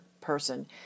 person